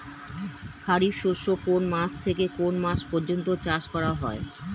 খারিফ শস্য কোন মাস থেকে কোন মাস পর্যন্ত চাষ করা হয়?